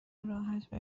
راحت